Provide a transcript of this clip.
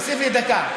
מוסיף לי דקה.